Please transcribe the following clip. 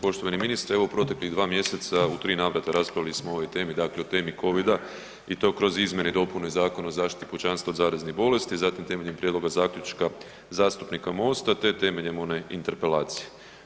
Poštovani ministre, evo u proteklih 2 mjeseca u 3 navrata raspravili smo o ovoj temi, dakle o temi covida i to kroz izmjene i dopune Zakona o zaštiti pučanstva od zaraznih bolesti, zatim temeljem prijedloga zaključka zastupnika MOST-a, te temeljem one interpelacije.